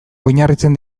oinarritzen